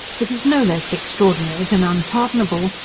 it is no less extraordinary than unpardonable,